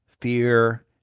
fear